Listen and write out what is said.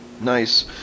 nice